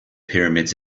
pyramids